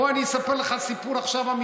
בוא אני אספר לך עכשיו סיפור אמיתי.